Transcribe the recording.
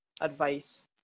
advice